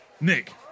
Nick